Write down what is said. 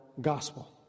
gospel